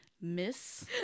miss